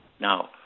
Now